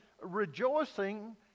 rejoicing